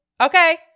Okay